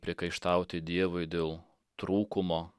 priekaištauti dievui dėl trūkumo